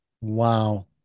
Wow